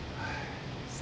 !hais!